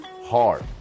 hard